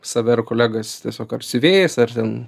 save ir kolegas tiesiog apsiūvėjais ar ten